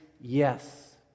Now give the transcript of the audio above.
yes